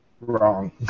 Wrong